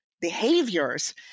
behaviors